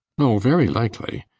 oh, very likely.